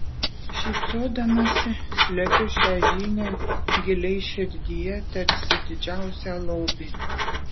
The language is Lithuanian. šypsodamasi slepiu šią žinią giliai širdyje tarsi didžiausią lobį